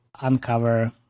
uncover